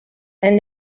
and